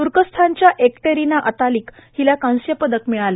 त्र्कस्थानच्या Ekaterina Atalik हिला कांस्यपदक मिळालं